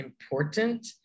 important